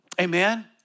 Amen